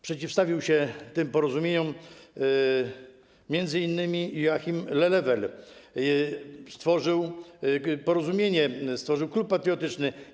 Przeciwstawił się tym porozumieniom m.in. Joachim Lelewel, który stworzył porozumienie, stworzył Klub Patriotyczny.